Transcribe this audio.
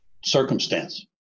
circumstance